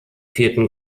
vierten